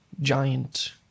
giant